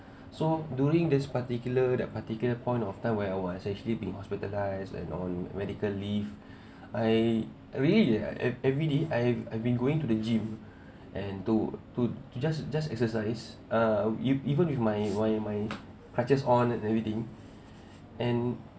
so during this particular that particular point of time where I was actually being hospitalised and on medical leave I really e~ everyday I've been going to the gym and to to just just exercise err even even with my my my crutches on and everything and